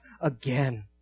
again